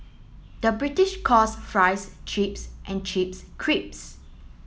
the British calls fries chips and chips crisps